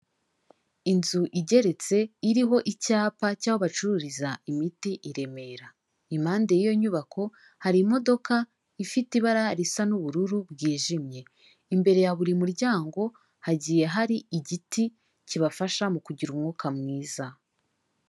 Inzu igeretse iriho icyapa cy'aho bacururiza imiti i Remera, impande y'iyo nyubako hari imodoka ifite ibara risa n'ubururu bwijimye. Imbere ya buri muryango hagiye hari igiti kibafasha mu kugira umwuka mwiza.